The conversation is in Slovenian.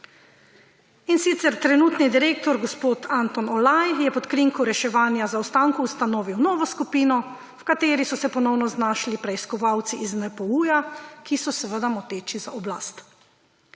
In sicer je trenutni direktor gospod Anton Olaj pod krinko reševanja zaostankov ustanovil novo skupino, v kateri so se ponovno znašli preiskovalci iz NPU, ki so seveda moteči za oblast.